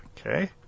Okay